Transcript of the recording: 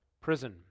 Prison